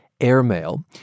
airmail